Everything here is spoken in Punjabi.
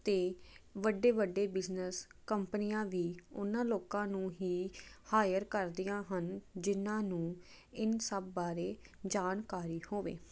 ਅਤੇ ਵੱਡੇ ਵੱਡੇ ਬਿਜ਼ਨਸ ਕੰਪਨੀਆਂ ਵੀ ਉਹਨਾਂ ਲੋਕਾਂ ਨੂੰ ਹੀ ਹਾਇਰ ਕਰਦੀਆਂ ਹਨ ਜਿਹਨਾਂ ਨੂੰ ਇਹਨਾਂ ਸਭ ਬਾਰੇ ਜਾਣਕਾਰੀ ਹੋਵੇ